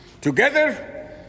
Together